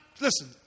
listen